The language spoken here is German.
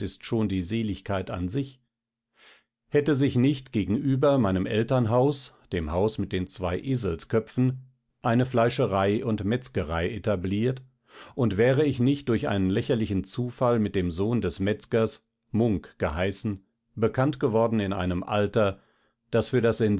schon die seligkeit an sich hätte sich nicht gegenüber meinem elternhaus dem haus mit den zwei eselsköpfen eine fleischerei und metzgerei etabliert und wäre ich nicht durch einen lächerlichen zufall mit dem sohn des metzgers munk geheißen bekanntgeworden in einem alter das für das